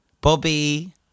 Bobby